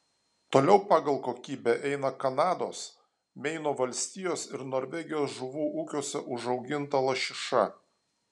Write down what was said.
toliau pagal kokybę eina kanados meino valstijos ir norvegijos žuvų ūkiuose užauginta lašiša